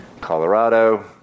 Colorado